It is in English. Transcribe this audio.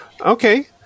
Okay